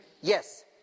Yes